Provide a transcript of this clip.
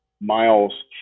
miles